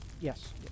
Yes